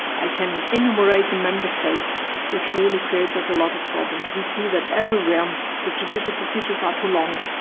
i can enumerate the member states which really creates us a lot of problems. we see that everywhere um the judicial procedures are too long.